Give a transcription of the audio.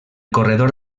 corredor